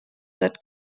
that